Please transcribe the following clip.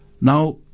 Now